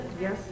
Yes